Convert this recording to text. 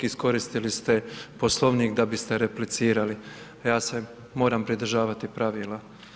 Iskoristili ste Poslovnik da biste replicirali, a ja se moram pridržavati pravila.